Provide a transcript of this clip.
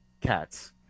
cats